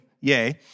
Yay